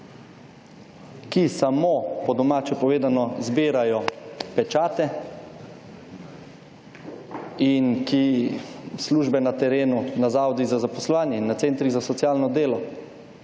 ki samo, po domače povedano, zbirajo pečate, in ki službe na terenu na zavodih za zaposlovanje in na centrih za socialno delo